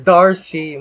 Darcy